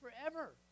forever